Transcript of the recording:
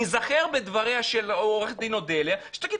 ניזכר בדבריה של עורכת דין אודליה שתגיד